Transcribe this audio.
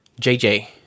JJ